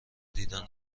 دیدن